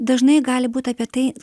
dažnai gali būt apie tai